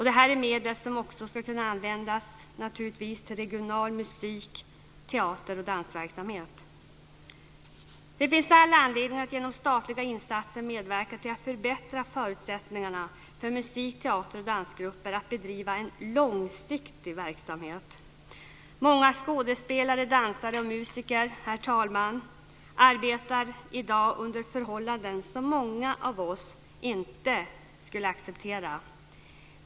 Det här är medel som naturligtvis också ska kunna användas till regional musik-, teater och dansverksamhet. Det finns all anledning att genom statliga insatser medverka till att förbättra musik-, teater och dansgruppers förutsättningar att bedriva en långsiktig verksamhet. Många skådespelare, dansare och musiker, herr talman, arbetar i dag under förhållanden som många av oss inte skulle acceptera.